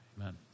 amen